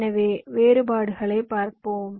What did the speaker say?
எனவே வேறுபாடுகளைப் பார்ப்போம்